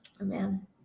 Amen